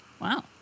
wow